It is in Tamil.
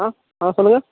ஆ ஆ சொல்லுங்க